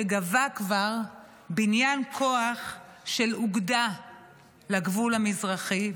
שכבר גבה בניין כוח של אוגדה לגבול המזרחי,